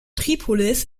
tripolis